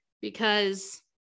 because-